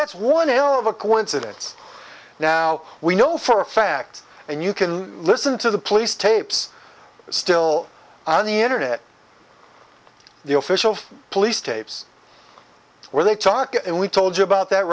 it's one hell of a coincidence now we know for a fact and you can listen to the police tapes still on the internet the official police tapes where they talk and we told you about that